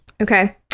Okay